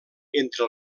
entre